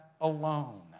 alone